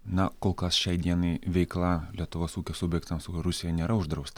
na kol kas šiai dienai veikla lietuvos ūkio subjektams rusijoj nėra uždrausta